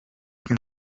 can